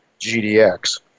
GDX